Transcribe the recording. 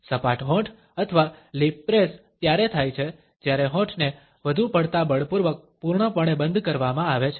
સપાટ હોઠ અથવા લિપ પ્રેસ ત્યારે થાય છે જ્યારે હોઠને વધુ પડતા બળપૂર્વક પૂર્ણપણે બંધ કરવામાં આવે છે